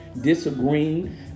disagreeing